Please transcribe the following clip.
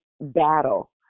battle